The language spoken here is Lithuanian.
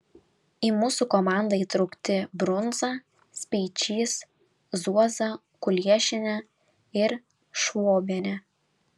į mūsų komandą įtraukti brunza speičys zuoza kuliešienė ir švobienė